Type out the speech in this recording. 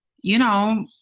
you know,